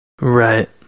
Right